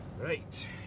Right